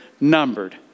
numbered